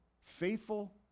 faithful